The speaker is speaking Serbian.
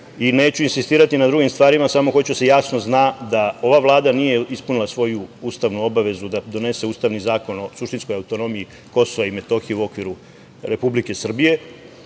Neću insistirati na drugim stvarima, samo hoću da se jasno zna da ova Vlada nije ispunila svoju ustavnu obavezu da donese ustavni zakon o suštinskoj autonomiji Kosova i Metohije u okviru Republike Srbije